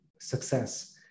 success